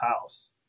house